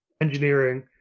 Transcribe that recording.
engineering